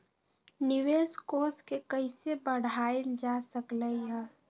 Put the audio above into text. निवेश कोष के कइसे बढ़ाएल जा सकलई ह?